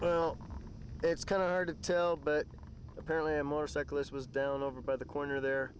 well it's kind of hard to tell but apparently a motorcyclist was down over by the corner there